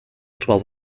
twelve